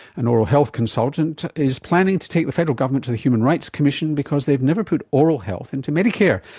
an oral health consultant, is planning to take the federal government to the human rights commission because they've never put oral health into medicare.